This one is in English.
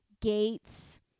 gates